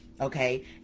Okay